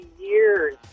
years